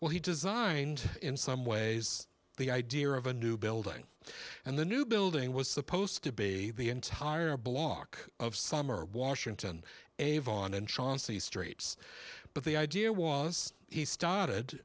well he designed in some ways the idea of a new building and the new building was supposed to be the entire block of summer washington avon and chauncey streets but the idea was he started